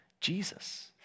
Jesus